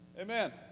Amen